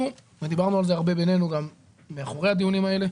ודיברנו על זה גם הרבה בינינו מאחורי הדיונים האלה,